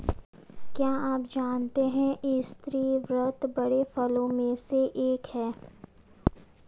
क्या आप जानते है स्रीवत बड़े फूलों में से एक है